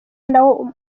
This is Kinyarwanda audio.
nawo